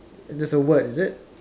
there's a word is it